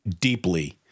deeply